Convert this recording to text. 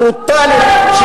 הברוטלית,